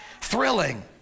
thrilling